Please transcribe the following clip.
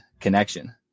connection